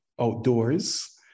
outdoors